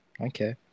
Okay